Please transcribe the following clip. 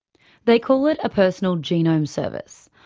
they call it a personal genome service.